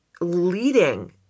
leading